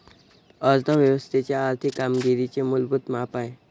अर्थ व्यवस्थेच्या आर्थिक कामगिरीचे मूलभूत माप आहे